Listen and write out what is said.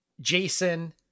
Jason